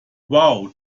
wow